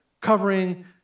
covering